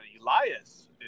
Elias